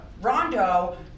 Rondo